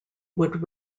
would